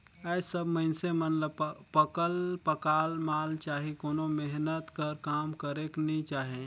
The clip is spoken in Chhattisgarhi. आएज सब मइनसे मन ल पकल पकाल माल चाही कोनो मेहनत कर काम करेक नी चाहे